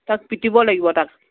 তাক পিটিব লাগিব তাক